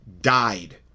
died